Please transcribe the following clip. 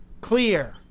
Clear